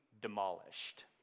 demolished